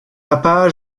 papa